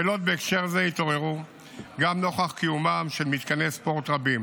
שאלות בהקשר זה התעוררו גם נוכח קיומם של מתקני ספורט רבים,